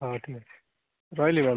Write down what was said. ହଉ ଠିକ୍ ଅଛି ରହିଲି ମ୍ୟାମ୍